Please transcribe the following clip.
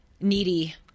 needy